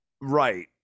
Right